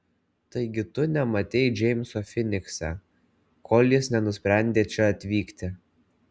taigi tu nematei džeimso finikse kol jis nenusprendė čia atvykti